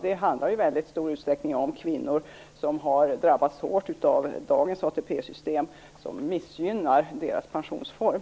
Det handlar ju i mycket stor utsträckning om kvinnor som har drabbats hårt av dagens ATP-system, som missgynnar deras pensionsform.